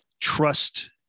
trust